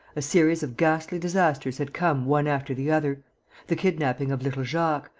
a series of ghastly disasters had come one after the other the kidnapping of little jacques,